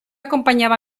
acompañaba